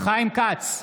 חיים כץ,